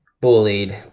bullied